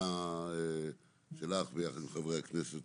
היוזמה שלך ושל חברי כנסת